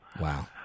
Wow